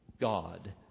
God